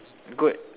goat